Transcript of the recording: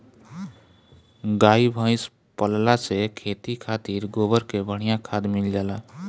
गाई भइस पलला से खेती खातिर गोबर के बढ़िया खाद मिल जाला